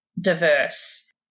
diverse